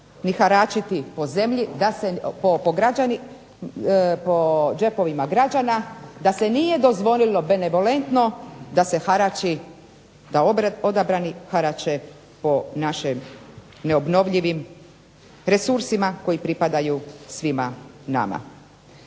po zemlji, po džepovima građana da se nije dozvolilo benevolentno da se harači, da odabrani harače po našim neobnovljivim resursima koji pripadaju svima nama.